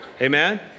Amen